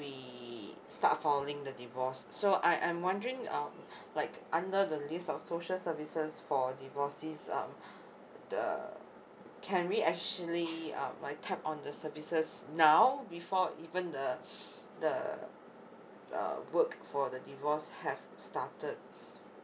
we start filing the divorce so I I'm wondering um like under the list of social services for divorcees um the can we actually um like tap on the services now before even the the uh work for the divorce have started